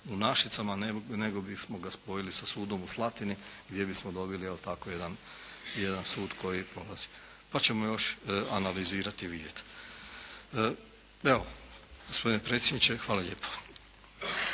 u Našicama, nego bismo ga spojili sa sudom u Slatini gdje bismo dobili evo tako jedan sud koji prolazi, pa ćemo još analizirati i vidjeti. Evo, gospodine predsjedniče. Hvala lijepo.